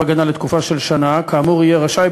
הגנה לתקופה של שנה כאמור הוא יהיה רשאי,